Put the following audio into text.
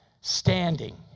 standing